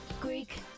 Greek